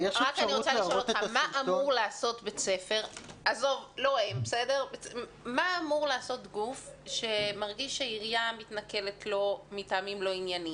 מה אמור לעשות גוף שמרגיש שעירייה מתנכלת לו מטעמים לא עניינים?